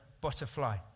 butterfly